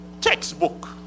textbook